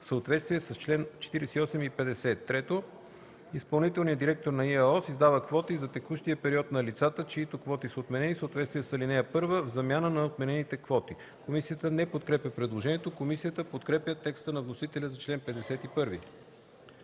в съответствие с чл. 48 и 50. (3) Изпълнителният директор на ИАОС издава квоти за текущия период на лицата, чиито квоти са отменени в съответствие с ал. 1, в замяна на отменените квоти.” Комисията не подкрепя предложението. Комисията подкрепя текста на вносителя за чл. 51.